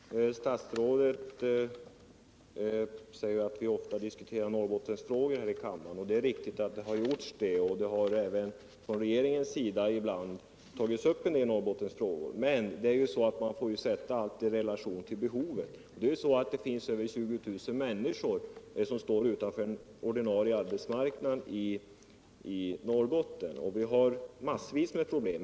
Herr talman! Statsrådet säger att vi ofta diskuterar Norrbottensfrågor här i kammaren, och det är riktigt. Det har även från regeringens sida ibland tagits upp en del Norrbottensfrågor. Men man får ju sätta allt i relation till behovet. Det finns över 20 000 människor som står utanför den ordinarie arbetsmarknaden i Norrbotten och vi har massvis med problem.